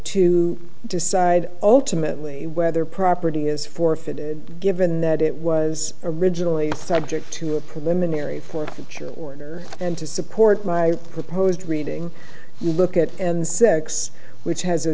to decide ultimately whether property is forfeited given that it was originally subject to a preliminary forfeiture order and to support my proposed reading you look at and six which has a